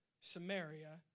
Samaria